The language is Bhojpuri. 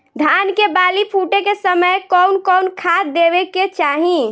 धान के बाली फुटे के समय कउन कउन खाद देवे के चाही?